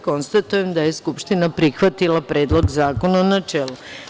Konstatujem da je Narodna skupština prihvatila Predlog zakona u načelu.